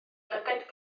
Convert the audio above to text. lygaid